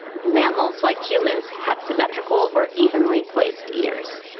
mammals, like humans, have symmetrical or evenly placed ears.